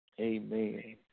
Amen